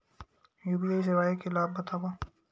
UPI सेवाएं के लाभ बतावव?